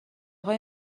های